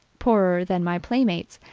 poorer than my playmates,